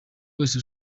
wese